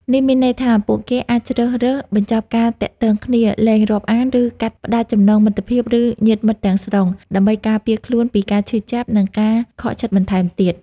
នេះមានន័យថា ពួកគេអាចជ្រើសរើសបញ្ឈប់ការទាក់ទងគ្នា លែងរាប់អាន ឬកាត់ផ្តាច់ចំណងមិត្តភាព ឬញាតិមិត្តទាំងស្រុង ដើម្បីការពារខ្លួនពីការឈឺចាប់ និងការខកចិត្តបន្ថែមទៀត។